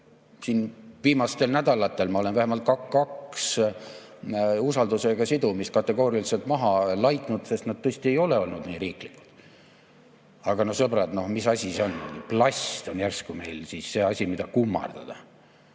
mitte? Viimastel nädalatel ma olen vähemalt kaks usaldusega sidumist kategooriliselt maha laitnud, sest need tõesti ei ole olnud nii riiklikud [küsimused]. Aga, sõbrad, mis asi see on? Plast on järsku meil see asi, mida kummardada!